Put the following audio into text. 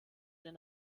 den